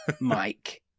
Mike